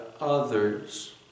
others